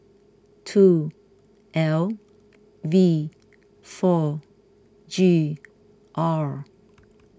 two L V four G R